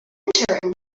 entering